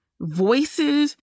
Voices